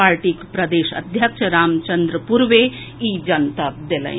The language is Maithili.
पार्टीक प्रदेश अध्यक्ष रामचंद्र पूर्वे इ जनतब देलनि